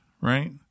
right